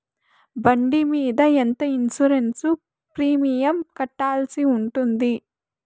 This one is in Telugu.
బండి మీద ఎంత ఇన్సూరెన్సు ప్రీమియం కట్టాల్సి ఉంటుంది?